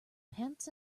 pants